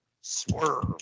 Swerve